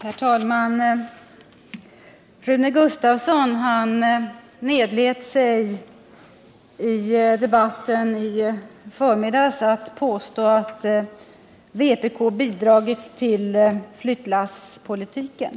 Herr talman! På grund av den debattordning som vi har här i kammaren är jag tvungen att i ett eget anförande replikera Rune Gustavsson.